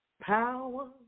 power